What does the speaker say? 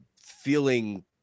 feeling